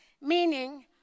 meaning